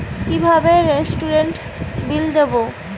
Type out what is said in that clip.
কিভাবে রেস্টুরেন্টের বিল দেবো?